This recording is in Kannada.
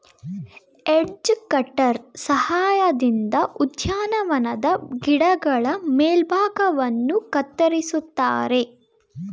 ಎಡ್ಜ ಕಟರ್ ಸಹಾಯದಿಂದ ಉದ್ಯಾನವನದ ಗಿಡಗಳ ಮೇಲ್ಭಾಗವನ್ನು ಕತ್ತರಿಸುತ್ತಾರೆ